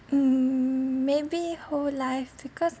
mm maybe whole life because